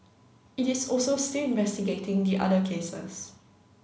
it is also still investigating the other cases